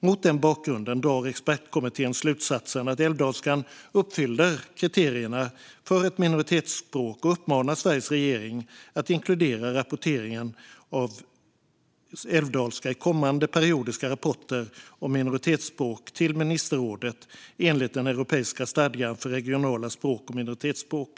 Mot den bakgrunden drar expertkommittén slutsatsen att älvdalskan uppfyller kriterierna för ett minoritetsspråk och uppmanar Sveriges regering att inkludera rapportering av älvdalska i kommande periodiska rapporter om minoritetsspråken till ministerrådet enligt den europeiska stadgan för regionala språk och minoritetsspråk.